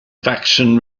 faction